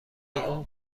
اون